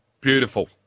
Beautiful